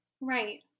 Right